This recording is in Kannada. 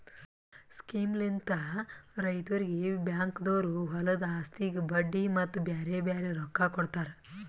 ಸ್ಕೀಮ್ಲಿಂತ್ ರೈತುರಿಗ್ ಬ್ಯಾಂಕ್ದೊರು ಹೊಲದು ಆಸ್ತಿಗ್ ಬಡ್ಡಿ ಮತ್ತ ಬ್ಯಾರೆ ಬ್ಯಾರೆ ರೊಕ್ಕಾ ಕೊಡ್ತಾರ್